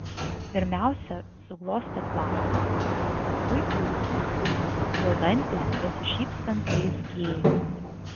pirmiausia suglostė plaukus paskui ūsus jo dantys besišypsant blizgėjo